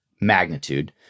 magnitude